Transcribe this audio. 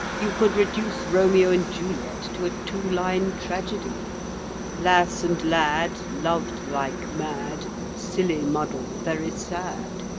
you could reduce romeo and juliet to a two-line tragedy lass and lad, loved like mad silly muddle, very sad.